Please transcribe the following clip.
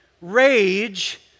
rage